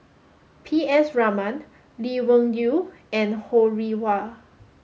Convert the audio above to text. P S Raman Lee Wung Yew and Ho Rih Hwa